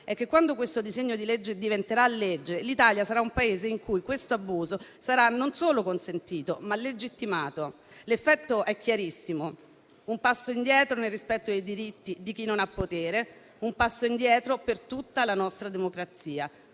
è che, quando questo disegno di legge diventerà legge, l'Italia sarà un Paese in cui questo abuso sarà non solo consentito, ma legittimato. L'effetto è chiarissimo: un passo indietro nel rispetto dei diritti di chi non ha potere; un passo indietro per tutta la nostra democrazia,